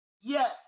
yes